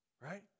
Right